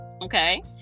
Okay